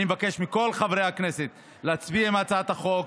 אני מבקש מכל חברי הכנסת להצביע בעד הצעת החוק.